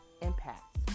impact